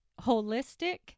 holistic